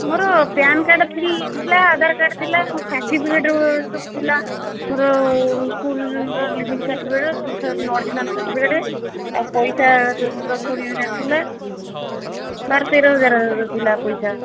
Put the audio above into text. ମୋର PAN card ଥି ଥିଲା ଆଧାର କାର୍ଡ଼ ଥିଲା ମୋ ସାର୍ଟିଫିକେଟ୍ ସବୁ ଥିଲା ମୋର ସ୍କୁଲ୍ର ଲିଭିଂ ସାର୍ଟିଫିକେଟ୍ ସବୁ ସାର୍ଟିଫିକେଟ୍ ଅର୍ଜିନାଲ୍ ସାର୍ଟିଫିକେଟ୍ ଆଉ ପଇସା ଦଶ କୋଡ଼ିଏ ହଜାର ଥିଲା ବାର ତେର ହଜାର ଥିଲା ପଇସା